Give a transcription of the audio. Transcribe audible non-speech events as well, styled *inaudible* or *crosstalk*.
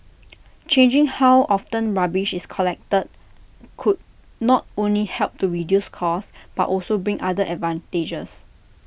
*noise* changing how often rubbish is collected could not only help to reduce costs but also bring other advantages